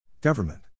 Government